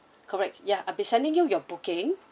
correct yeah I'll be sending you your booking